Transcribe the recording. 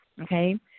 Okay